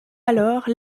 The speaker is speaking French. alors